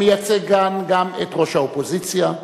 המייצג גם את ראש האופוזיציה,